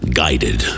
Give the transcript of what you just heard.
guided